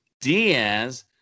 Diaz